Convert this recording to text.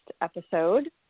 episode